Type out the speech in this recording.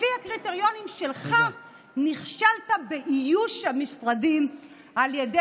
לפי הקריטריונים שלך נכשלת באיוש המשרדים על ידי